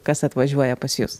kas atvažiuoja pas jus